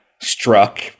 struck